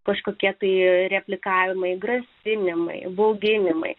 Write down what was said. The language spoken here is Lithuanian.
kažkokie tai replikavimui grasinimai bauginimai